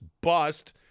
bust